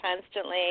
constantly